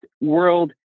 world